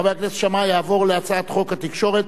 חבר הכנסת שאמה יעבור להצעת חוק התקשורת